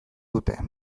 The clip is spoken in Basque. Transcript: dute